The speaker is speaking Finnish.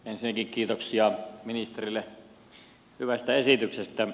ensinnäkin kiitoksia ministerille hyvästä esityksestä